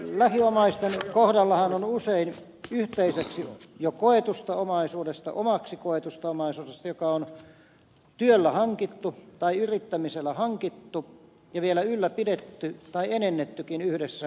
lähiomaisten kohdallahan on usein kyse yhteiseksi jo koetusta omaisuudesta omaksi koetusta omaisuudesta joka on työllä hankittu tai yrittämisellä hankittu ja vielä ylläpidetty tai enennettykin yhdessä perheen merkeissä